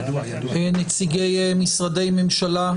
נציגי משרדי ממשלה,